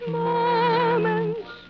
moments